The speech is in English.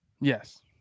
Yes